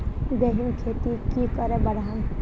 गेंहू खेती की करे बढ़ाम?